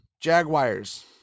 Jaguars